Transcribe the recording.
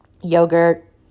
yogurt